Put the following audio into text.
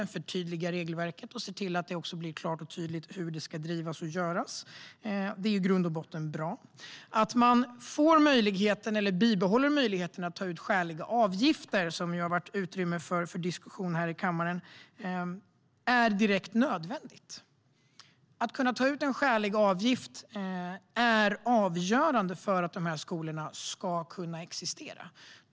Den förtydligar regelverket och ser till att det också blir klart och tydligt hur det ska drivas och göras. Det är i grund och botten bra. Att man bibehåller möjligheten att ta ut skäliga avgifter, som ju har varit föremål för diskussion här i kammaren, är direkt nödvändigt. Att man kan ta ut en skälig avgift är avgörande för att de här skolorna ska kunna existera.